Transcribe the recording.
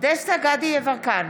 דסטה גדי יברקן,